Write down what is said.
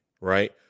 right